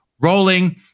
rolling